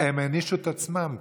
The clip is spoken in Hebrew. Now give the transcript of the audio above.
הם הענישו את עצמן,